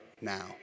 now